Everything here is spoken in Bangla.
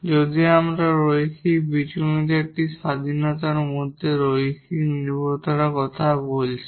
যদিও আমরা লিনিয়ার বীজগণিতের একটি ইন্ডিপেন্ডেটের মধ্যে লিনিয়ার ডিপেন্ডেট এর কথা বলেছি